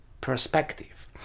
perspective